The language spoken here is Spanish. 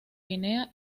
guinea